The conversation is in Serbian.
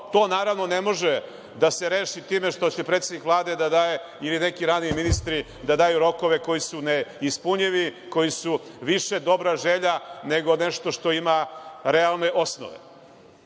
To, naravno, ne može da se reši time što će predsednik Vlade, ili neki raniji ministri, da daju rokove koji su neispunjivi, koji su više dobra želja, nego nešto što ima realne osnove.